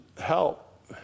help